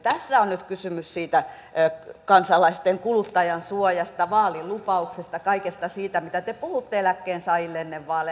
tässä on nyt kysymys siitä kansalaisten kuluttajansuojasta vaalilupauksesta kaikesta siitä mitä te puhuitte eläkkeensaajille ennen vaaleja